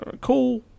Cool